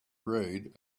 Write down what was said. read